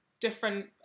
different